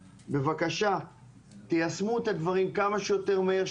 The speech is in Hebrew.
בבקשה תיישמו את הדברים כמה שיותר מהר.